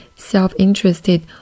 self-interested